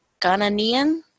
Ghanaian